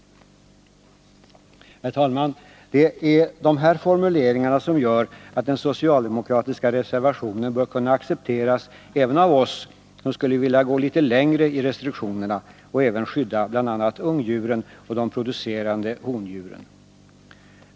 Herr talman! Det är de här formuleringarna som gör att den socialdemokratiska reservationen bör kunna accepteras även av oss som skulle vilja gå litet längre i restriktionerna och även skydda bl.a. ungdjuren och de producerande hondjuren.